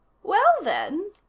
well, then,